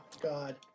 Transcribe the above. God